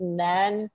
men